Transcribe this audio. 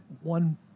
one